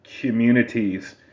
Communities